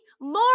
more